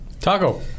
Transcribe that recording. Taco